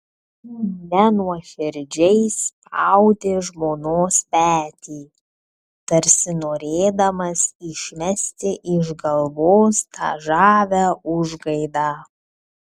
nenuoširdžiai spaudė žmonos petį tarsi norėdamas išmesti iš galvos tą žavią užgaidą